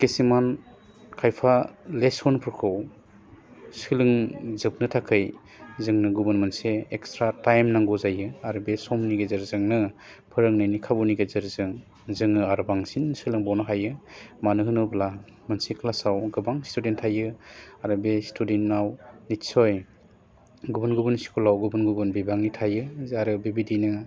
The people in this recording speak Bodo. खिसुमान खायफा लेसनफोरखौ सोलोंजोबनो थाखाय जोंनो गुबुन मोनसे एक्सट्रा टाइम नांगौ जायो आरो बे समनि गेजेरजोंनो फोरोंनायनि खाबुनि गेजेरजों जोङो आरो बांसिन सोलोंबावनो हायो मानो होनोब्ला मोनसे क्लासाव गोबां स्टुदेन्त थायो आरो बे स्टुदेन्तआव निदसय गुबुन गुबुन स्कुलाव गुबुन गुबुन बिबाङै थायो जारो बेबायदिनो